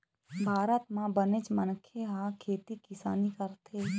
भारत म बनेच मनखे ह खेती किसानी करथे